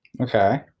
Okay